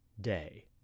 day